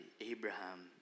Abraham